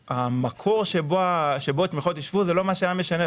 המקור שבו התמיכות ישבו, זה לא מה שהיה משנה.